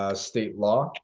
ah state law,